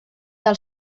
del